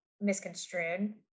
misconstrued